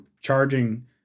charging